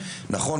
נכון,